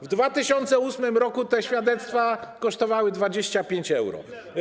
W 2008 r. te świadectwa kosztowały 25 euro.